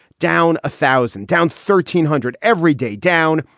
down a thousand, down thirteen hundred every day down.